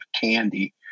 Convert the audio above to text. candy